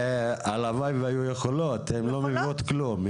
הלוואי והיו יכולות הן לא מביאות כלום,